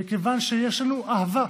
מכיוון שיש לנו אהבה.